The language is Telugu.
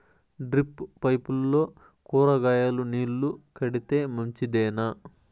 డ్రిప్ పైపుల్లో కూరగాయలు నీళ్లు కడితే మంచిదేనా?